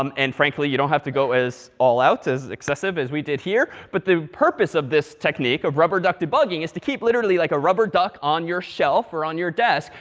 um and frankly, you don't have to go as all out, as excessive, as we did here, but the purpose of this technique, of rubber duck debugging, is to keep, literally, like a rubber duck on your shelf, or on your desk.